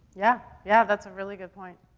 yeah, yeah. that's a really good point.